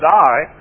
die